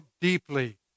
deeply